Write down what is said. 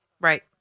right